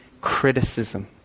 criticism